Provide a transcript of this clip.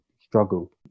struggle